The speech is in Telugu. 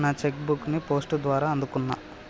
నా చెక్ బుక్ ని పోస్ట్ ద్వారా అందుకున్నా